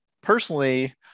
personally